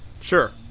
Sure